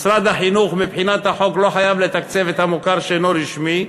משרד החינוך מבחינת החוק לא חייב לתקצב את המוכר שאינו רשמי.